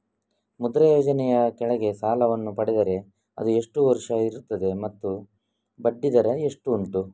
ಮುದ್ರಾ ಯೋಜನೆ ಯ ಕೆಳಗೆ ಸಾಲ ವನ್ನು ಪಡೆದರೆ ಅದು ಎಷ್ಟು ವರುಷ ಇರುತ್ತದೆ ಮತ್ತು ಬಡ್ಡಿ ದರ ಎಷ್ಟು ಉಂಟು?